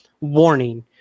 warning